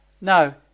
Now